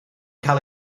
cael